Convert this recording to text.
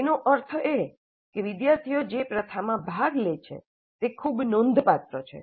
તેનો અર્થ એ કે વિદ્યાર્થીઓ જે પ્રથામાં ભાગ લે છે તે ખૂબ નોંધપાત્ર છે